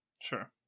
sure